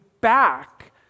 back